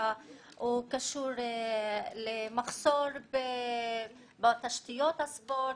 כי הוא קשור למחסור בתשתיות הספורט,